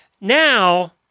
now